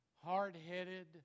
Hard-headed